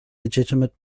legitimate